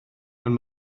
ond